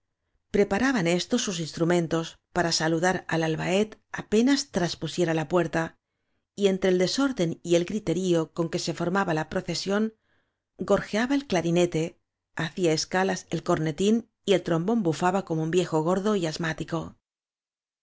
preparaban éstos sus instrumen tos para saludar al albat apenas traspusiera la puerta y entre el desorden y el griterío con que se formaba la procesión gorjeaba el cla rinete hacía escalas el cornetín y el trombón bufaba como un viejo gordo y asmático